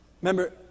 remember